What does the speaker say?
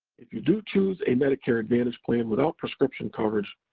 if you do choose a medicare advantage plan without prescription coverage,